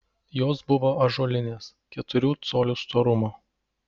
jos buvo ąžuolinės keturių colių storumo